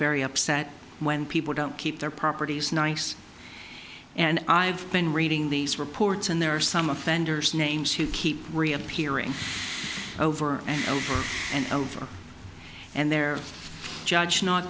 very upset when people don't keep their properties nice and i've been reading these reports and there are some offenders names who keep reappearing over and over and over and they're judged not